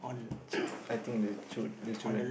I think the children